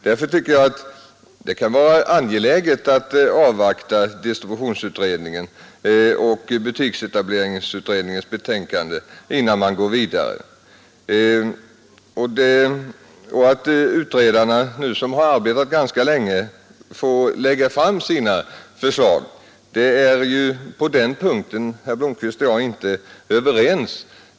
Det är å andra sidan angeläget att avvakta att distributionsutredningen och butiksetableringsutredningen, som nu arbetat ganska länge, lägger fram sina förslag innan man går vidare. Det är på den punkten herr Blomkvist och jag inte är överens.